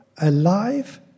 alive